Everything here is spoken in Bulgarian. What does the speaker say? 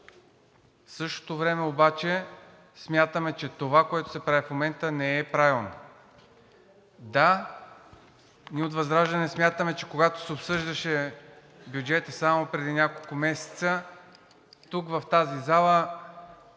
в същото време обаче смятаме, че това, което се прави в момента, не е правилно. Да, ние от ВЪЗРАЖДАНЕ смятаме, че когато се обсъждаше бюджетът само преди няколко месеца, тук в тази зала